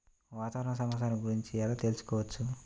వాతావరణ సమాచారం గురించి ఎలా తెలుసుకోవచ్చు?